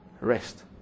rest